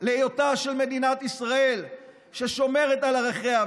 להיותה של מדינת ישראל מדינה השומרת על ערכיה,